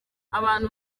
abantu